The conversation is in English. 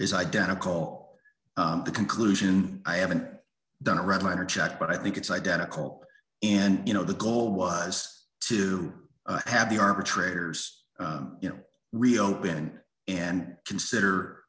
is identical the conclusion i haven't done a red letter check but i think it's identical and you know the goal was to have the arbitrators you know reopen and consider